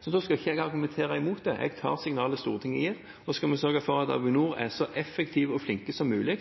så skal vi sørge for at Avinor er så effektive og flinke som mulig